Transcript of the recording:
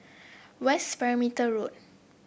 West Perimeter Road